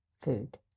food